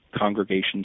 congregations